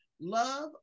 Love